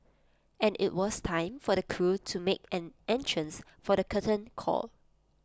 and IT was time for the crew to make an entrance for the curtain call